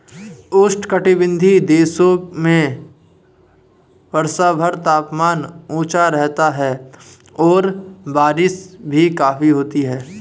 उष्णकटिबंधीय देशों में वर्षभर तापमान ऊंचा रहता है और बारिश भी काफी होती है